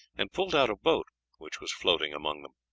and pulled out a boat which was floating among them.